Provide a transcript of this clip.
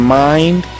mind